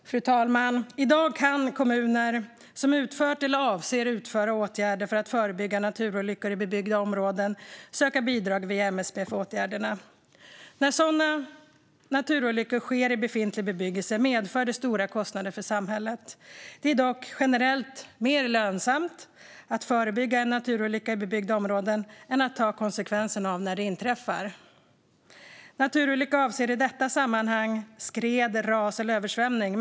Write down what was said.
Fru talman! I dag kan kommuner som utfört eller avser att utföra åtgärder för att förebygga naturolyckor i bebyggda områden söka bidrag via MSB för åtgärderna. När sådana naturolyckor sker i befintlig bebyggelse medför det stora kostnader för samhället. Det är dock generellt mer lönsamt att förebygga en naturolycka i bebyggda områden än att ta konsekvensen när den inträffar. Naturolycka avser i detta sammanhang skred, ras eller översvämning.